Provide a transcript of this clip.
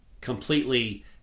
Completely